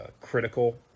critical